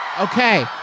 Okay